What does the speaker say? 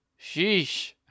sheesh